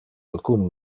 alcun